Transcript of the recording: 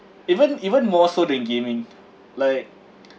even even more so than gaming like